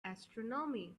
astronomy